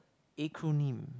acronym